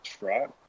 right